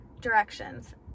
directions